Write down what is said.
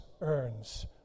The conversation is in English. earns